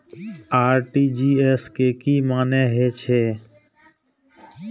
RTGS के की मानें हे छे?